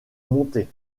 monter